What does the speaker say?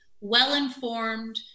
well-informed